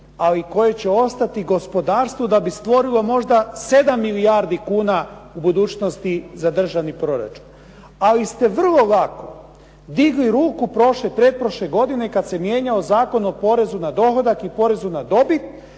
ali koje će ostati gospodarstvu da bi stvorile možda 7 milijardi kuna u budućnosti za državni proračun. Ali ste vrlo lako digli ruku prošle, pretprošle godine kad se mijenjao Zakon o porezu na dohodak i porezu na dobit